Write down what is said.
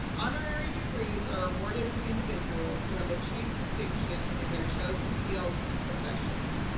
honorary degrees are awarded to individuals who have achieved distinction in their chosen fields and professions.